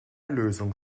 lösung